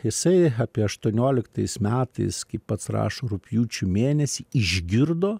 jisai apie aštuonioliktais metais kaip pats rašo rugpjūčio mėnesį išgirdo